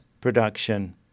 production